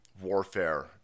warfare